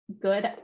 good